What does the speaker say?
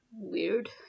weird